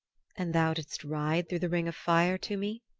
and thou didst ride through the ring of fire to me?